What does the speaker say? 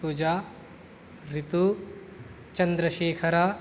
Puja Ritu Chandrashekhar